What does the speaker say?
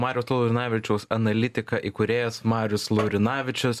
mariaus laurinavičiaus analitika įkūrėjas marius laurinavičius